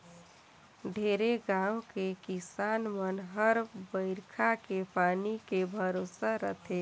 ढेरे गाँव के किसान मन हर बईरखा के पानी के भरोसा रथे